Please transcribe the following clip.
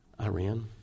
Iran